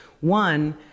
One